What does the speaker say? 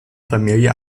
familie